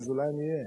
אז אולי אני אהיה.